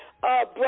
brother